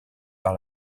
par